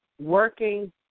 working